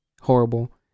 Horrible